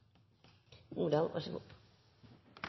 så vær så god.